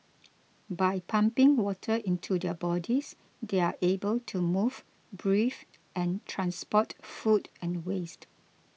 by pumping water into their bodies they are able to move breathe and transport food and waste